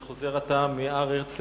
אני חוזר עתה מהר-הרצל,